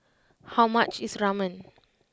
how much is Ramen